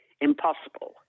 impossible